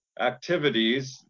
activities